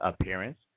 appearance